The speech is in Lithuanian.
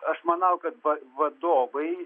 aš manau kad vadovai